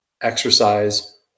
exercise